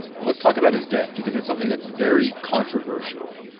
let's talk about his death because it's something that's very controversial.